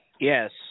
Yes